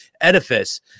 edifice